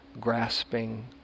grasping